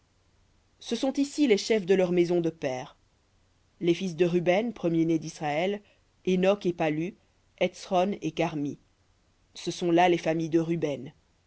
ce sont ici les chefs de leurs maisons de pères les fils de ruben premier-né d'israël hénoc et pallu hetsron et carmi ce sont là les familles de ruben